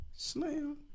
Slam